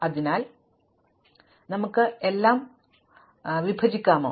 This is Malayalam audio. അതിനാൽ നമുക്ക് എല്ലാം വിഭജിക്കാമോ